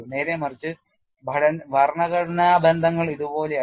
നേരെമറിച്ച് ഭരണഘടനാ ബന്ധങ്ങൾ ഇതുപോലെയല്ല